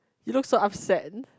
you look so upset